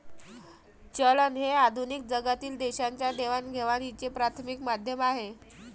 चलन हे आधुनिक जगातील देशांच्या देवाणघेवाणीचे प्राथमिक माध्यम आहे